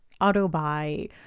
auto-buy